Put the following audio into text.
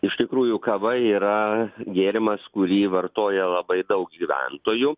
iš tikrųjų kava yra gėrimas kurį vartoja labai daug gyventojų